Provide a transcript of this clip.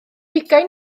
ugain